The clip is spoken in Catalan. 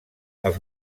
els